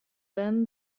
then